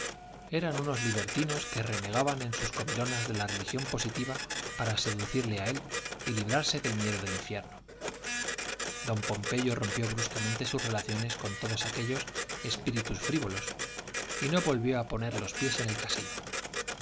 eran unos libertinos que renegaban en sus comilonas de la religión positiva para seducirle a él y librarse del miedo del infierno don pompeyo rompió bruscamente sus relaciones con todos aquellos espíritus frívolos y no volvió a poner los pies en el casino